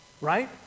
right